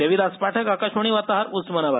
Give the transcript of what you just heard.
देविदास पाठक आकाशवाणी वार्ताहर उस्मानाबाद